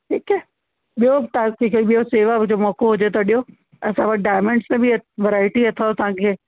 ठीकु आहे ॿियो तव्हां खे कोई सेवा हुजे मौक़ो हुजे त ॾियो असां वटि डायमंड्स में बि वैराइटी अथव तव्हां खे